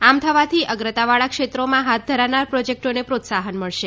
આમ થવાથી અગ્રતાવાળા ક્ષેત્રોમાં હાથ ધરાનાર પ્રોજેક્ટોને પ્રોત્સાહન મળશે